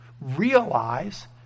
Realize